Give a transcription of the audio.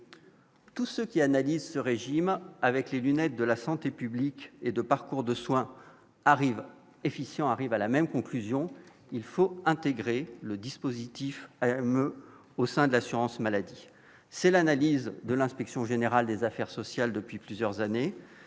Tous ceux qui analyse ce régime avec les lunettes de la santé publique et de parcours de soin arrivent efficient arrivent à la même conclusion : il faut intégrer le dispositif au sein de l'assurance maladie, c'est l'analyse de l'Inspection générale des affaires sociales depuis plusieurs années